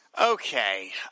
Okay